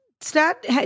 start